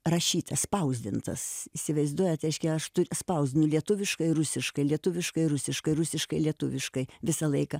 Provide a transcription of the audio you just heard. rašytas spausdintas įsivaizduojat reiškia aš spausdinu lietuviškai rusiškai lietuviškai rusiškai rusiškai lietuviškai visą laiką